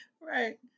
Right